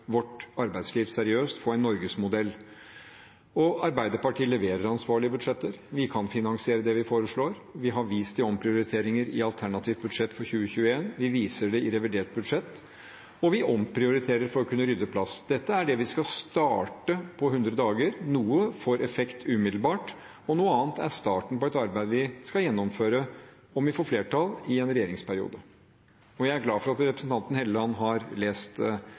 vårt arbeidsliv seriøst, få en norgesmodell. Arbeiderpartiet leverer ansvarlige budsjetter. Vi kan finansiere det vi foreslår. Vi har vist til omprioriteringer i alternativt budsjett for 2021, og vi viser det i revidert budsjett, og vi omprioriterer for å kunne rydde plass. Det er det vi skal starte på 100 dager. Noe får effekt umiddelbart, og noe annet er starten på et arbeid vi skal gjennomføre om vi får flertall i en regjeringsperiode. Jeg er glad for at representanten Helleland har lest